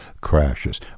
crashes